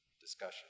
discussion